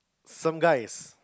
some guys